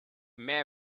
may